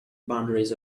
boundaries